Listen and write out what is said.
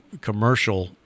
commercial